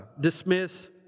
dismiss